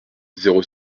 zéro